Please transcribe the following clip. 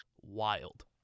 wild